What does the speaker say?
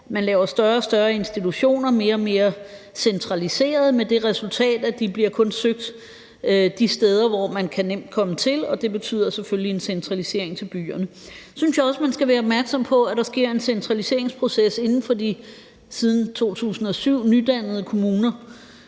Man laver større og større institutioner, som er mere og mere centraliserede, med det resultat, at de kun bliver søgt de steder, hvor man nemt kan komme til, og det betyder selvfølgelig en centralisering i byerne. Så synes jeg også, at man skal være opmærksom på, at der sker en centraliseringsproces inden for de siden 2007 nydannede kommuner.